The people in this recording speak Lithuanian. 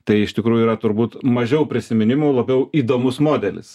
tai iš tikrųjų yra turbūt mažiau prisiminimų labiau įdomus modelis